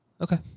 Okay